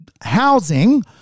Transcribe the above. housing